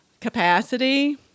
capacity